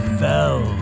fell